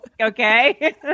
okay